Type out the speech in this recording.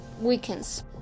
weekends